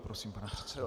Prosím, pane předsedo.